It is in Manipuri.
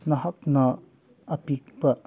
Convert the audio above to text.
ꯅꯍꯥꯛꯅ ꯑꯄꯤꯛꯄ